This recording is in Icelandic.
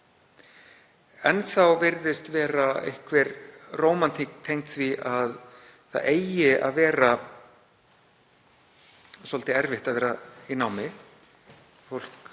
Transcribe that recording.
Enn virðist vera einhver rómantík tengd því að það eigi að vera svolítið erfitt að vera í námi, fólk